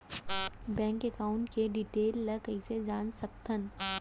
Bank account के detail ल कइसे जान सकथन?